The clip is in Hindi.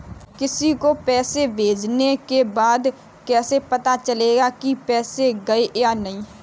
किसी को पैसे भेजने के बाद कैसे पता चलेगा कि पैसे गए या नहीं?